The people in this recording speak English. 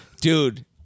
dude